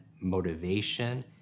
motivation